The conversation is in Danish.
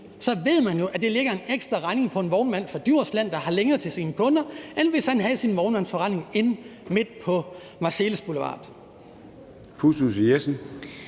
ved vi jo, at det lægger en ekstra regning på en, fordi man har længere til sine kunder, end hvis man havde sin vognmandsforretning midt inde på Marselis Boulevard.